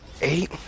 Eight